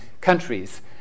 countries